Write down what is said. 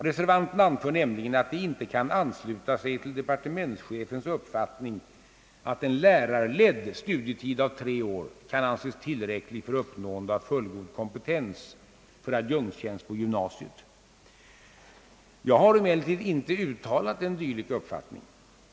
Reservanterna anför mnämligen, att de inte kan ansluta sig till departementschefens uppfattning att en lärarledd studietid av tre år kan anses tillräcklig för uppnående av fullgod kompetens för adjunktstjänst på gymnasiet. Jag har emellertid inte uttalat en dylik uppfattning!